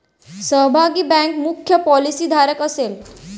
सहभागी बँक मुख्य पॉलिसीधारक असेल